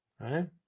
Right